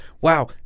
wow